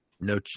no